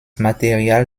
material